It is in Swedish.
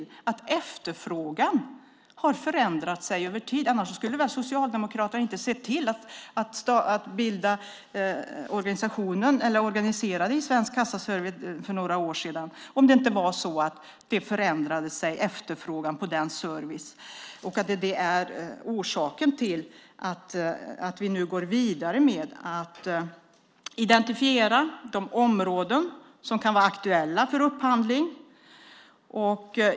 Om inte efterfrågan på den servicen förändrat sig skulle väl Socialdemokraterna inte ha sett till att organisera detta i Svensk kassaservice för några år sedan. Det är också orsaken till att vi nu går vidare med att identifiera de områden som kan vara aktuella för upphandling.